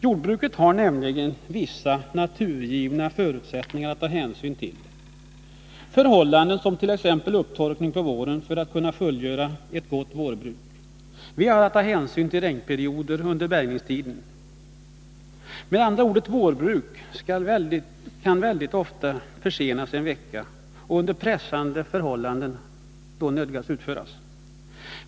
Jordbruket har nämligen vissa naturgivna förutsättningar att ta hänsyn till, förhållanden som t.ex. upptorkning på våren för att kunna fullgöra ett gott vårbruk. Vi har att ta hänsyn till regnperioder under bärgningstiden. Med andra ord: Ett vårbruk kan väldigt ofta försenas en vecka och sedan få utföras under pressade förhållanden.